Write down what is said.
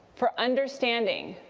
for understanding,